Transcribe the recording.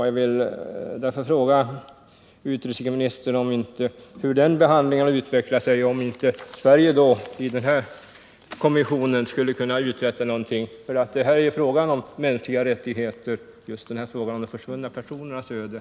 Jag vill därför fråga utrikesministern hur den behandlingen har utvecklat sig och om inte Sverige i denna kommission skulle kunna uträtta någonting. Den här frågan om de försvunna personernas öde gäller nämligen mänskliga rättigheter.